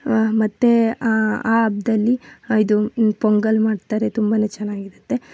ಮತ್ತೇ ಆ ಹಬ್ದಲ್ಲಿ ಇದು ಪೊಂಗಲ್ ಮಾಡ್ತಾರೆ ತುಂಬನೆ ಚೆನ್ನಾಗಿರುತ್ತೆ